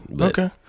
Okay